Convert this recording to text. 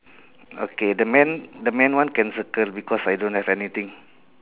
okay the man the man one can circle because I don't have anything